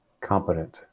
competent